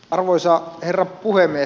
arvoisa herra puhemies